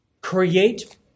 Create